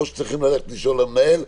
או שצריכים ללכת לשאול את המנהל,